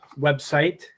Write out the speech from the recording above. website